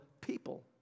people